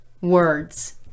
words